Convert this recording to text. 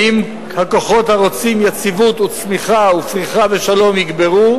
האם הכוחות הרוצים יציבות וצמיחה ופריחה ושלום יגברו,